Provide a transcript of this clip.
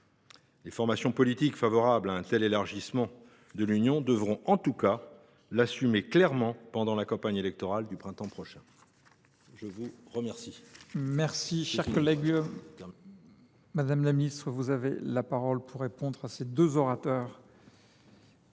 Les formations politiques favorables à un tel élargissement de l’Union devront en tout cas l’assumer clairement pendant la campagne électorale du printemps prochain.